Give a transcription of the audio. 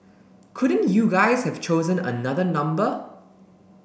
couldn't you guys have chosen another number